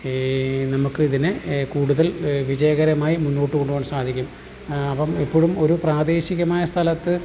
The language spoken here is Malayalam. നമ്മൾക്ക് ഇതിനെ കൂടുതൽ വിജയകരമായി മുന്നോട്ട് കൊണ്ടുപോകാൻ സാധിക്കും അപ്പം എപ്പോഴും ഒരു പ്രാദേശികമായ സ്ഥലത്ത്